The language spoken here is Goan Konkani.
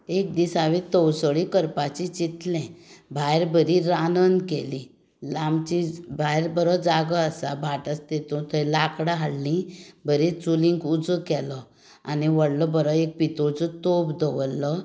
एक दीस हांवें तळसोळी करपाचें चिंतलें भायर बरी रानांत गेली आमची भायर बरो जागो आसा भाट आसा तातूंत थंय लाकडां हाडलीं बरी चुलीक उजो केलो आनी व्हडलो बरो एक पितुळचो तोप दवरलो